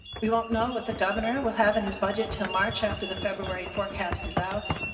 we don't know what the governor will have in his budget to march after the february forecast is out.